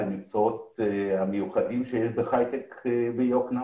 למקצועות המיוחדים שיש בהיי-טק ביקנעם,